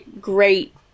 great